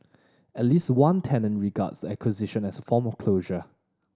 at least one tenant regards the acquisition as a form of closure